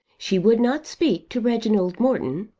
she would not speak to reginald morton,